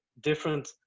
different